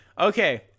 okay